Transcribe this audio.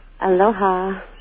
Aloha